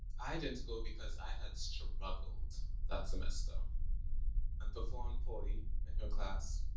i didn't go because i had struggled that semester and performed poorly in her class,